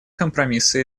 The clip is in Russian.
компромиссы